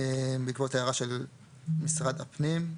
בעקבות הערה של משרד הפנים,